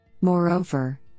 Moreover